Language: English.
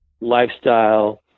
lifestyle